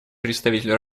представитель